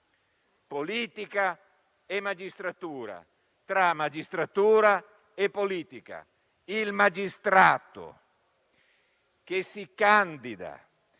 politica e magistratura, tra magistratura e politica. Il magistrato che si candida